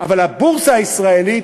והבורסה הישראלית,